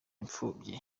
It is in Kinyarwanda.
imfubyi